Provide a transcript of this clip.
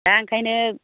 दा ओंखायनो